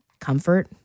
comfort